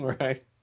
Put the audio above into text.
right